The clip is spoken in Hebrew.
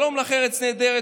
"שלום לך ארץ נהדרת",